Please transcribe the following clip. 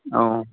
ꯑꯧ